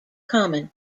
common